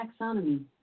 Taxonomy